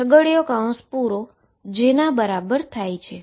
જે બરાબર થાય છે